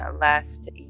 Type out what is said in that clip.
last